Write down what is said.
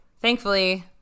thankfully